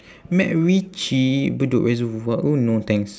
macritchie bedok reservoir oh no thanks